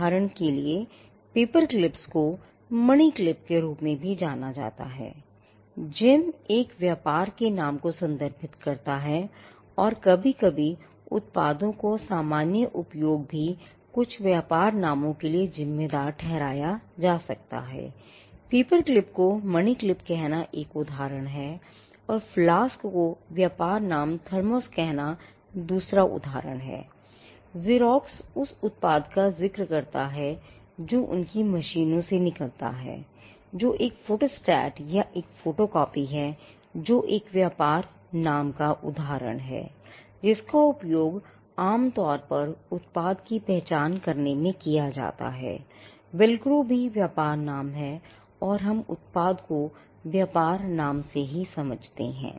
उदाहरण के लिए पेपरक्लिप्स भी एक व्यापार नाम है और हम उत्पाद को व्यापार नाम से ही समझते हैं